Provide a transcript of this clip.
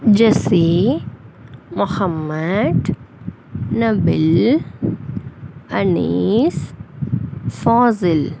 Jessie Mohamed Nabil Anees Fazil